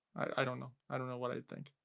i don't know, i don't know what i'd think.